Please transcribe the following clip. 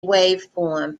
waveform